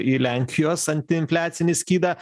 į lenkijos anti infliacinį skydą